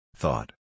Thought